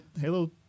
Halo